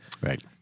Right